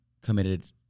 committed